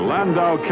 Landau